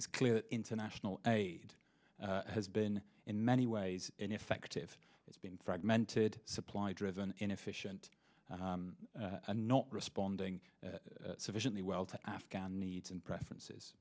it's clear that international aid has been in many ways ineffective it's been fragmented supply driven inefficient and not responding sufficiently well to afghan needs and preferences